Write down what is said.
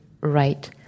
right